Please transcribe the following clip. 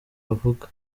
avuga